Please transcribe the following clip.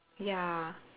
ya